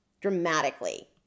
Dramatically